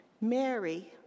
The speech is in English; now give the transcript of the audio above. Mary